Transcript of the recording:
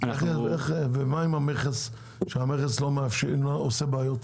ומה עם המכס, שהמכס עושה בעיות?